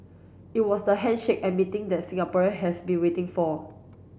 it was the handshake and meeting that Singaporean has been waiting for